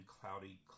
cloudy